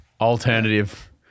alternative